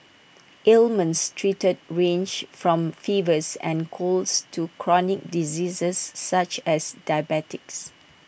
ailments treated range from fevers and colds to chronic diseases such as diabetes